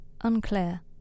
Unclear